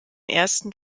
ersten